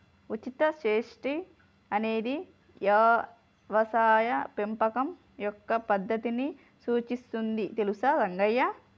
ఉచిత శ్రేణి అనేది యవసాయ పెంపకం యొక్క పద్దతిని సూచిస్తుంది తెలుసా రంగయ్య